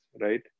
right